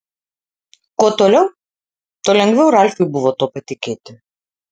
kuo toliau tuo lengviau ralfui buvo tuo patikėti